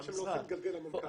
מה שהם לא עושים מתגלגל למנכ"ל.